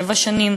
שבע שנים,